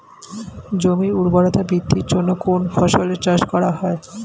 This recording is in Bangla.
জমির উর্বরতা বৃদ্ধির জন্য কোন ফসলের চাষ করা হয়?